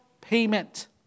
payment